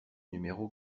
numéro